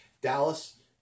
Dallas